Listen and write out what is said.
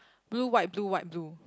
blue white blue white blue